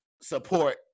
support